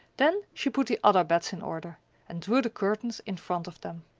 then she put the other beds in order and drew the curtains in front of them.